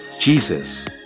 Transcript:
Jesus